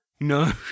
No